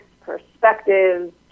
perspectives